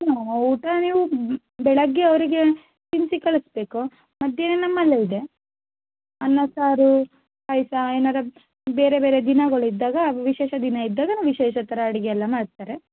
ಹಾಂ ಊಟ ನೀವು ಬೆಳಗ್ಗೆ ಅವರಿಗೆ ತಿನ್ನಿಸಿ ಕಳಿಸಬೇಕು ಮಧ್ಯಾಹ್ನ ನಮ್ಮಲ್ಲೇ ಇದೆ ಅನ್ನ ಸಾರು ಪಾಯಸ ಏನಾದ್ರು ಬೇರೆ ಬೇರೆ ದಿನಗಳು ಇದ್ದಾಗ ವಿಶೇಷ ದಿನಯಿದ್ದಾಗ ನಾವು ವಿಶೇಷ ಥರ ಅಡಿಗೆಯೆಲ್ಲ ಮಾಡ್ತಾರೆ